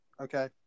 okay